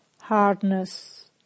hardness